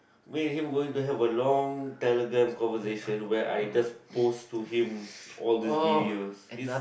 me and him going to have a long telegram conversation where I just post to him all these videos his